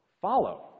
follow